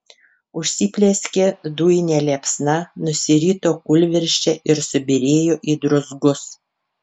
užsiplieskė dujine liepsna nusirito kūlvirsčia ir subyrėjo į druzgus